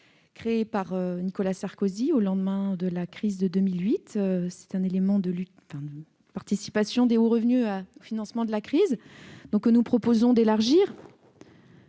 Créée par Nicolas Sarkozy au lendemain de la crise de 2008, cette contribution est un élément de la participation des hauts revenus au financement de la crise. Nous proposons de l'élargir.